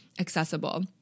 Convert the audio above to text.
accessible –